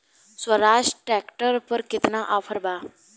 Swaraj tractor पर केतना offer बा?